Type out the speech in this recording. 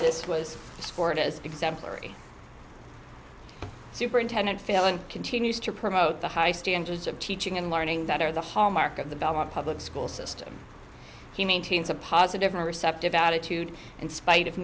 exemplary superintendent failing continues to promote the high standards of teaching and learning that are the hallmark of the belmont public school system he maintains a positive receptive attitude in spite of